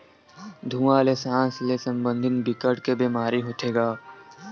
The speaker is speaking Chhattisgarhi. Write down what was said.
धुवा ले सास ले संबंधित बिकट के बेमारी होथे गा